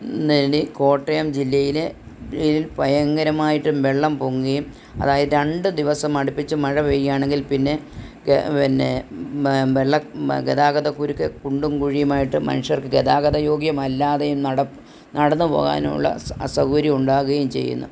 കോട്ടയം ജില്ലയിലെ ഭയങ്കരമായിട്ട് വെള്ളം പൊങ്ങിയും അതായത് രണ്ട് ദിവസം അടുപ്പിച്ച് മഴ പെയ്യുകയാണെങ്കിൽ പിന്നെ പിന്നെ വെള്ളം ഗതാഗതകുരുക്ക് കുണ്ടും കുഴിയുമായിട്ട് മനുഷ്യർക്ക് ഗതാഗത യോഗ്യമല്ലാതെയും നടന്ന് പോകാനുള്ള അസൗകര്യം ഉണ്ടാവുകയും ചെയ്യുന്നു